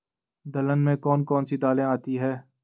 दलहन में कौन कौन सी दालें आती हैं?